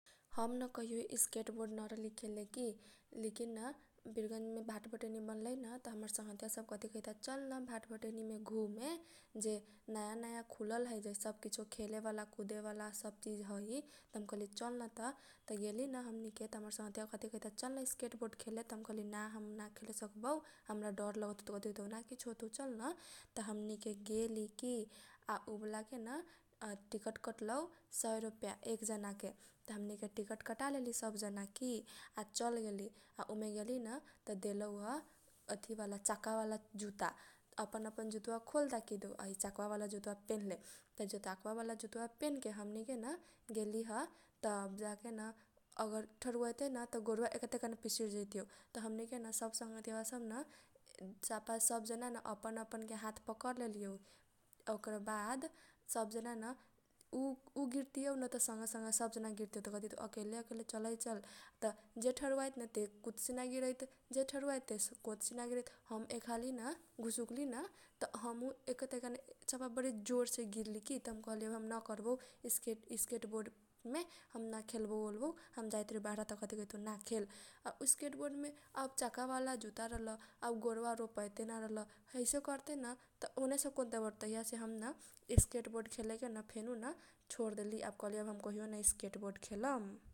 हम कहियो स्कटबोर्ड ना रहली खेल लले की लिकिन न वीरगन्ज मेन भाटभटेनी बनलैन त हमर संगघतीया सब कथी कहैता चल न भाटभटेनी मे घुमे जे नयाँ नयाँ खुलल है जे सब किछो खेले बाला कुदे बाला सब चिज है। त हम कहली चल नत त गेली न हमनी के त हमर संगघतीया कथी कहैता चलन सकेटबोरड खेले त हम कहली ना हम ना खेले सकबौ हमरा डर लगैत हौ। त कथी कहैता चल ना किछो होतौ चल त हमनी के गेली की आ उ बाला के न टिकट कटलौ सय रोपया एक जनाके त हमनी के टिकट कटा लेली सब जना की । आ चल गेली आ उमे गेलीन त देलौह अथी बाला चाका बाला जुत्ता अपन अपन जुत्तावा खोलदा किदो आ है चकवा बाला जुत्ता पेनला किदो त चाकवा बाला जुत्ता पेनके हमनी के न गेलीह। तब जाके न अगर ठौरयैतेन त गोरवा एके तनका मे पिसर जैतिऔ त हमनी के न सब संगघतीया सब न सफा सब जना न‌ अपन अपन के हात पकर लेलीऔ ओकरा बाद सब जना न‌ उ गिर तिऔ न त संगे संगे सब जना गिरतिऔ त कथी कहैत हौ। सब जना एकेले एकेले चलै चल त ठौरुआइत न ते कुत सिना गिरैत जे ठरूआत ते कोत सिना गिरैत हम एक हाली न घुसुकली न त हमु एके तनका मे बरी जोरसे गिरली की । त हम कहली हम ना करबौ सकूटबोडमे हम ना खेल बौ ओलबौ हम जाइतारियौ बाहरा त कथी कहैत हौ ना खेल आ सकेटबोड मे चाका बाला जुत्ता रहल आ गोरवा रोपैते ना रहल हैसे करते न त उने से कोत दबर तहीया सेन हम सकेटबोड खेले के छोर देली। आ कहली कहियो न हम सकेटबोड खेलम ।